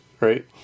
right